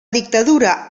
dictadura